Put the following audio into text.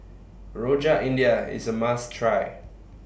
Rojak India IS A must Try